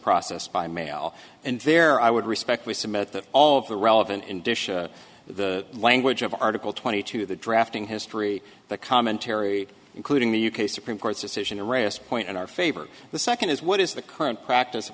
process by mail and there i would respect we submit that all of the relevant in the language of article twenty two the drafting history the commentary including the u k supreme court's decision erast point in our favor the second is what is the current practice of